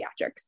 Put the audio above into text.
pediatrics